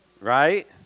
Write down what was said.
Right